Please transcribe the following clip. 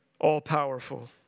all-powerful